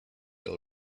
all